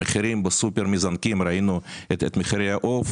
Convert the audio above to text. המחירים בסופר מזנקים ראינו את מחירי העוף